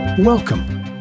Welcome